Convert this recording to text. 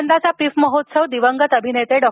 यंदाचा पिफ महोत्सव दिवंगत अभिनेते डॉ